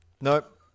Nope